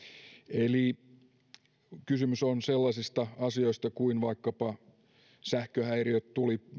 eli kysymys on sellaisista asioista kuin vaikkapa sähköhäiriöt